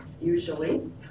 usually